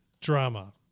drama